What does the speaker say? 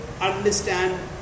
understand